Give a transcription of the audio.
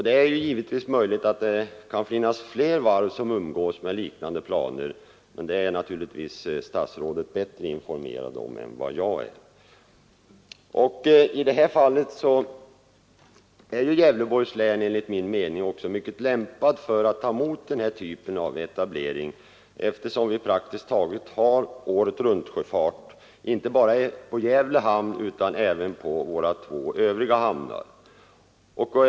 Det är möjligt att det finns fler varv som umgås med liknande planer, men det är givetvis statsrådet bättre informerad om än jag. Gävleborgs län är enligt min mening också mycket lämpat för att ta emot den här typen av etablering, eftersom vi praktiskt taget har åretruntsjöfart, inte bara på Gävle hamn utan även på våra två övriga större hamnar.